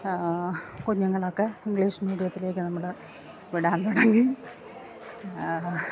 കുഞ്ഞുങ്ങളൊക്കെ ഇംഗ്ലീഷ് മീഡിയത്തിലേക്ക് നമ്മള് വിടാൻ തുടങ്ങി